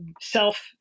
self